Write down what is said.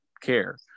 care